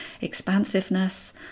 expansiveness